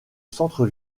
centre